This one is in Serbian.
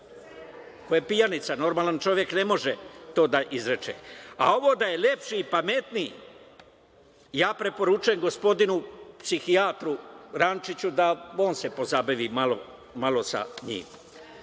ko je pijanica. Normalan čovek ne može to da izreče.A ovo da je lepši i pametniji, ja preporučujem gospodinu psihijatru Rančiću da se on pozabavi malo sa